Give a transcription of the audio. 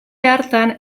hartan